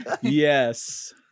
yes